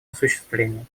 осуществление